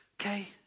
okay